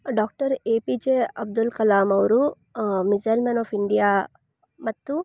doctor A P J Abdul Kalam ಅವರು missile man of India ಮತ್ತು